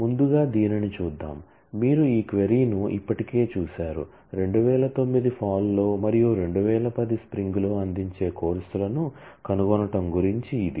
ముందుగా దీనిని చూద్దాం మీరు ఈ క్వరీ ను ఇప్పటికే చూశారు 2009 ఫాల్ లో మరియు 2010 స్ప్రింగ్ లో అందించే కోర్సులను కనుగొనటం గురించి ఇది